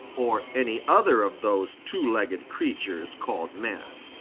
or any other of those two-legged creatures called men.